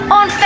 on